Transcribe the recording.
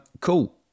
Cool